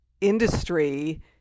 industry